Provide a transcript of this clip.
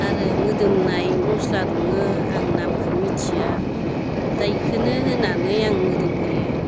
आरो मोदोमनाय मस्ला दङ आं नामखौ मिथिआ दा बेखौनो होनानै आं मोदोमहोयो